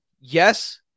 yes